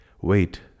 wait